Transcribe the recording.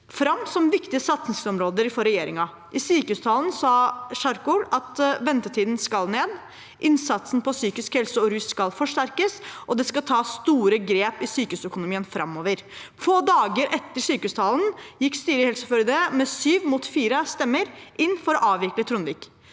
rus som viktige satsingsområder for regjeringen. I sykehustalen sa Kjerkol at ventetiden skal ned, innsatsen på psykisk helse og rus skal forsterkes, og det skal tas store grep i sykehusøkonomien framover. Få dager etter sykehustalen gikk styret i Helse Førde med syv mot fire stemmer inn for å avvikle Tronvik.